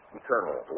eternal